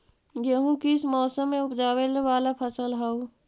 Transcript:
गेहूं किस मौसम में ऊपजावे वाला फसल हउ?